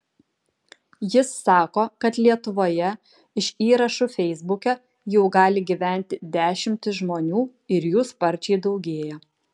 jis sako kad lietuvoje iš įrašų feisbuke jau gali gyventi dešimtys žmonių ir jų sparčiai daugėja